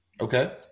Okay